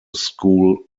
school